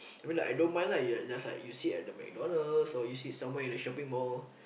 I mean like I don't mind lah you'll just like you sit at the McDonald's so you sit somewhere in the shopping mall